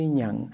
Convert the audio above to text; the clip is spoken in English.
nhận